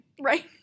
Right